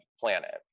Planet